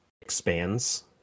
expands